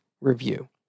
review